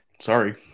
Sorry